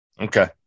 Okay